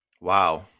Wow